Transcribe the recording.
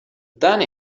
done